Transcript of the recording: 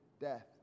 death